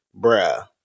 bruh